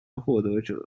获得者